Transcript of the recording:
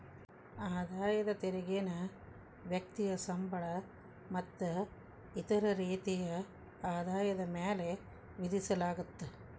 ಆದಾಯ ತೆರಿಗೆನ ವ್ಯಕ್ತಿಯ ಸಂಬಳ ಮತ್ತ ಇತರ ರೇತಿಯ ಆದಾಯದ ಮ್ಯಾಲೆ ವಿಧಿಸಲಾಗತ್ತ